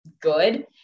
good